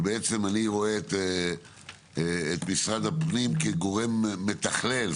ובעצם אני רואה את משרד הפנים בגורם מתכלל,